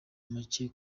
make